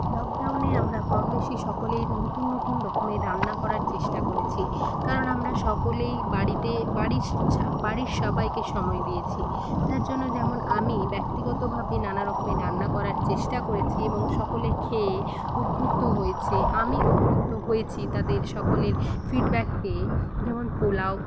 লকডাউনে আমরা কমবেশি সকলেই নতুন নতুন রকমের রান্না করার চেষ্টা করেছি কারণ আমরা সকলেই বাড়িতে বাড়ি বাড়ির সবাইকে সময় দিয়েছি তার জন্য যেমন আমি ব্যক্তিগত ভাবে নানা রকম রান্না করার চেষ্টা করেছি এবং সকলে খেয়ে উদ্বুদ্ধ হয়েছে আমি উদ্বুদ্ধ হয়েছি তাঁদের সকলের ফিডব্যাক পেয়ে যেমন পোলাও